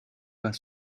pas